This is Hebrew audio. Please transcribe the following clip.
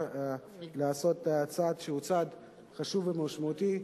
לעשות צעד שהוא צעד חשוב ומשמעותי,